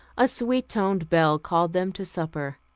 a sweet-toned bell called them to supper.